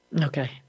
Okay